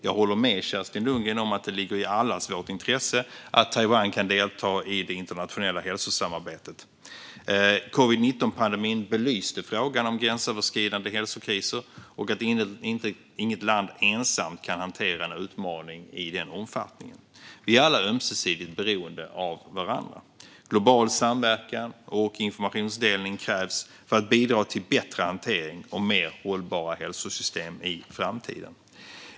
Jag håller med Kerstin Lundgren om att det ligger i allas vårt intresse att Taiwan kan delta i det internationella hälsosamarbetet. Covid-19-pandemin belyste frågan om gränsöverskridande hälsokriser och att inget land ensamt kan hantera en utmaning i den omfattningen. Vi är alla ömsesidigt beroende av varandra. Global samverkan och informationsdelning krävs för att bidra till bättre hantering och mer hållbara hälsosystem i framtiden.